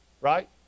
right